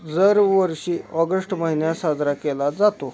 जरवर्षी August महिन्यात साजरा केला जातो